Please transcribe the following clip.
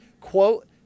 quote